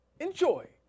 Enjoy